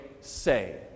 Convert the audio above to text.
say